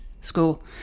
school